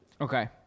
Okay